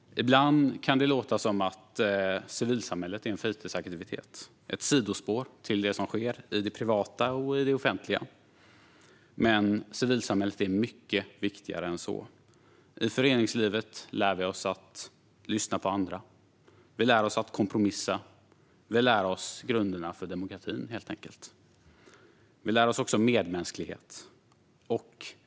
Ibland kan det låta som att civilsamhället är en fritidsaktivitet, ett sidospår till det som sker i det privata och i det offentliga. Men civilsamhället är mycket viktigare än så. I föreningslivet lär vi oss att lyssna på andra, vi lär oss att kompromissa och vi lär oss grunderna för demokratin. Vi lär oss också medmänsklighet.